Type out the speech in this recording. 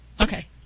okay